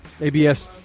ABS